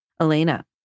Elena